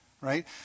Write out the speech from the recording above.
Right